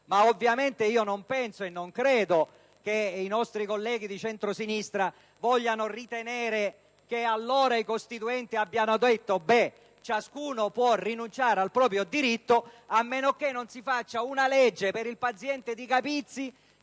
Ma ovviamente non penso e non credo che i nostri colleghi di centrosinistra vogliano ritenere che allora i Costituenti abbiano detto che ciascuno può rinunciare al proprio diritto, a meno che non si faccia una legge per il paziente di Capizzi,